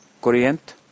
corriente